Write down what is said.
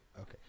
Okay